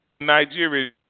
Nigeria